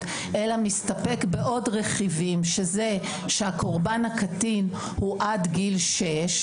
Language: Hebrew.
אלא מסתפק בעוד רכיבים שזה שהקורבן הקטין הוא עד גיל שש